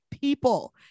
people